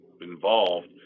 involved